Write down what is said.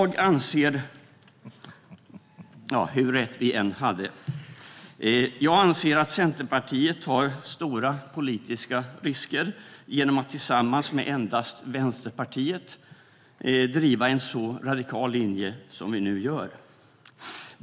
Herr talman! Jag anser att Centerpartiet tar stora politiska risker genom att tillsammans med endast Vänsterpartiet driva en så radikal linje som partiet nu gör.